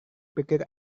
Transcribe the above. pikir